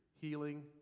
healing